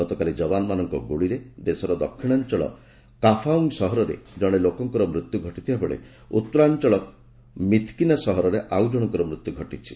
ଗତକାଲି ଯବାନମାନଙ୍କ ଗୁଳିରେ ଦେଶର ଦକ୍ଷିଣାଞ୍ଚଳ କାଫାଉଙ୍ଗ୍ ସହରରେ ଜଣେ ଲୋକର ମୃତ୍ୟୁ ଘଟିଥିଲାବେଳେ ଉତ୍ତରାଞ୍ଚଳ ମିଥ୍କିନା ସହରରେ ଆଉ ଜଣଙ୍କର ମୃତ୍ୟୁ ଘଟିଛି